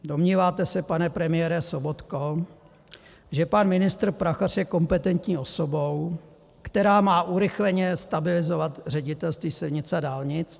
Domníváte se, pane premiére Sobotko, že pan ministr Prachař je kompetentní osobou, která má urychleně stabilizovat Ředitelství silnic a dálnic?